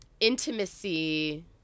intimacy